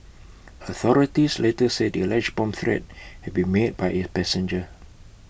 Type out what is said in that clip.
authorities later said the alleged bomb threat had been made by A passenger